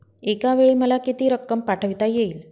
एकावेळी मला किती रक्कम पाठविता येईल?